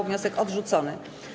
Wniosek odrzucony.